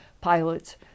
pilots